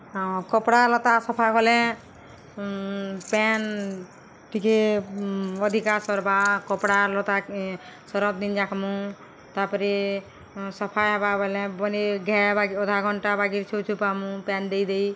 ହଁ କପ୍ଡ଼ାଲତା ସଫା କଲେ ପେନ୍ ଟିକେ ଅଧିକା ସର୍ବା କପଡ଼ାଲତା ସରପତି ଜାଖମୁ ତା'ପରେ ସଫା ହେବା ବୟେଲେ ବନେ ଘେ ବା ଅଧା ଘଣ୍ଟା ବାଗିର୍ ଛୁପ୍ ଛୁପାମୁ ପେନ୍ ଦେଇ ଦେଇ